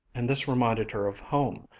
and this reminded her of home,